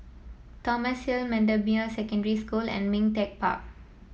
Thomson Hill Bendemeer Secondary School and Ming Teck Park